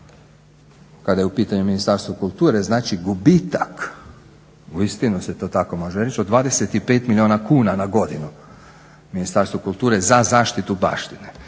kada je u pitanju Ministarstvo kulture znači gubitak uistinu se to tako može reći od 25 milijuna kuna na godinu, Ministarstvo kulture za zaštitu baštine.